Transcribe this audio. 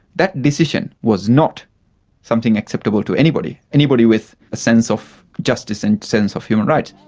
that decision was not something acceptable to anybody, anybody with a sense of justice and sense of human rights.